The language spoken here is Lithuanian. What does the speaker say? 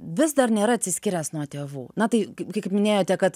vis dar nėra atsiskyręs nuo tėvų na tai kaip minėjote kad